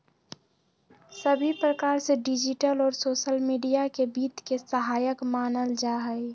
सभी प्रकार से डिजिटल और सोसल मीडिया के वित्त के सहायक मानल जाहई